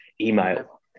email